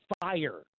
fire